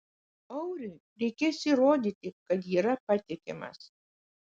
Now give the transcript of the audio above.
auriui reikės įrodyti kad yra patikimas